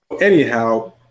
anyhow